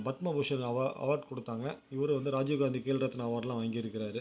பத்ம பூஷன் அவா அவார்ட் கொடுத்தாங்க இவரு வந்து ராஜீவ் காந்தி கேல் ரத்னா அவார்ட்லாம் வாங்கியிருக்கிறாரு